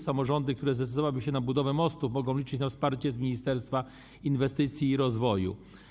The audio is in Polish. Samorządy, które zdecydowały się na budowę mostu, mogą liczyć na wsparcie z ministerstwa inwestycji i rozwoju.